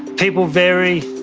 people vary,